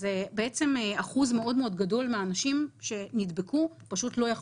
אחוז גדול מאוד מהאנשים שנדבקו פשוט לא יכול